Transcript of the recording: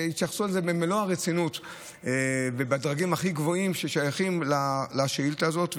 התייחסו לזה במלוא הרצינות ובדרגים הכי גבוהים ששייכים לשאילתה הזאת,